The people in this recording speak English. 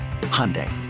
Hyundai